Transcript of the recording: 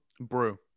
Brew